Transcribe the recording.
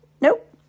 Nope